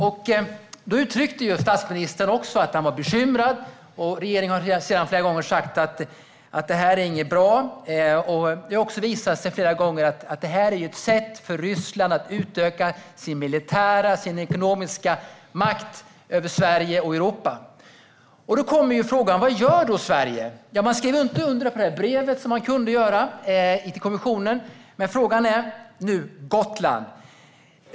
Även statsministern uttryckte att han var bekymrad, och regeringen har därefter flera gånger sagt att detta inte är något bra. Det har visat sig att detta är ett sätt för Ryssland att utöka sin militära och ekonomiska makt över Sverige och Europa. Då kommer vi till frågan: Vad gör Sverige? Man skrev inte under brevet till kommissionen, vilket man kunde ha gjort. Men frågan gäller nu Gotland.